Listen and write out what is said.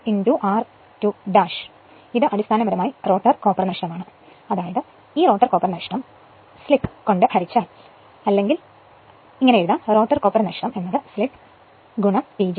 ഇത് അടിസ്ഥാനപരമായി rotor copper നഷ്ടമാണ് അതായത് ഇത് റോട്ടർ കോപ്പർ നഷ്ടം സ്ലിപ്പ് കൊണ്ട് ഹരിച്ചാൽ അല്ലെങ്കിൽ റോട്ടർ കോപ്പർ നഷ്ടം സ്ലിപ്പ് PG